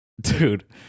Dude